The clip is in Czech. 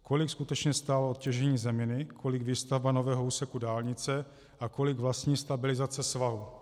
Kolik skutečně stálo těžení zeminy, kolik výstavba nového úseku dálnice a kolik vlastní stabilizace svahu?